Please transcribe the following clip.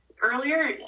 Earlier